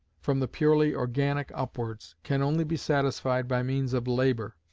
from the purely organic upwards, can only be satisfied by means of labour,